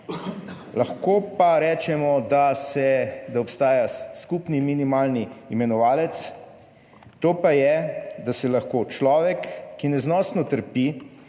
Lahko pa rečemo, da se da obstaja skupni minimalni imenovalec, to pa je, da se lahko človek, ki neznosno trpi